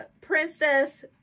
princess